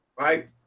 right